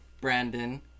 Brandon